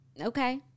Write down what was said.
Okay